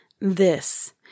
this